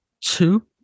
two